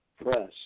press